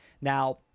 Now